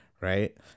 right